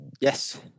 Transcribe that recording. yes